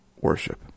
worship